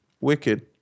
wicked